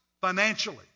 financially